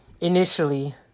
initially